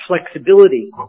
flexibility